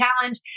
Challenge